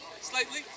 slightly